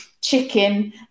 chicken